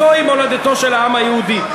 זוהי מולדתו של העם היהודי.